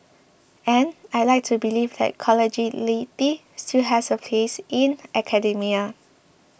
and I'd like to believe that collegiality still has a place in academia